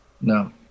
No